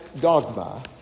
dogma